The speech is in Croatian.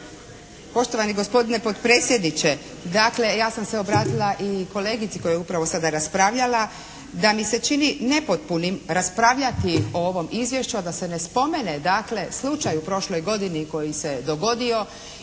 Poštovani gospodine potpredsjedniče, dakle ja sam se obratila i kolegici koja je upravo sada raspravljala da mi se čini nepotpunim raspravljati o ovom izvješću a da se ne spomene dakle slučaj u prošloj godini koji se dogodio